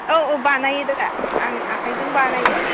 औ औ बानायो दा आं आखायजों बानायो